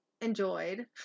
enjoyed